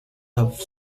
have